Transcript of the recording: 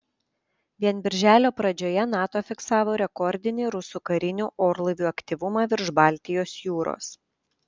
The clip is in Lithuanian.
vien birželio pradžioje nato fiksavo rekordinį rusų karinių orlaivių aktyvumą virš baltijos jūros